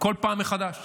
כל פעם מחדש,